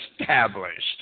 established